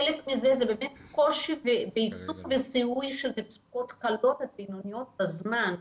חלק מזה הוא קושי באיתור וזיהוי של מצוקות קלות עד בינוניות בזמן.